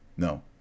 No